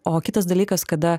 o kitas dalykas kada